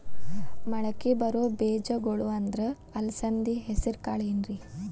ಮಳಕಿ ಬರೋ ಬೇಜಗೊಳ್ ಅಂದ್ರ ಅಲಸಂಧಿ, ಹೆಸರ್ ಕಾಳ್ ಏನ್ರಿ?